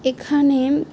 এখানে